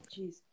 Jeez